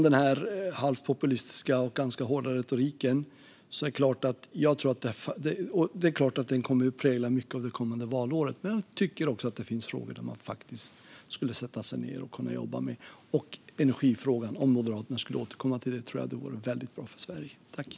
Den halvt populistiska och ganska hårda retoriken kommer säkert att prägla mycket av det kommande valåret. Men vi borde ändå kunna sätta oss ned och jobba med vissa frågor, och det vore väldigt bra för Sverige om Moderaterna kunde återvända till energifrågan.